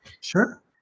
Sure